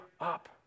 up